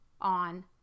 on